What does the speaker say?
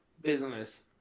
business